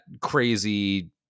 crazy